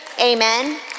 Amen